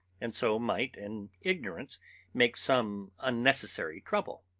and so might in ignorance make some unnecessary trouble.